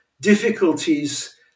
difficulties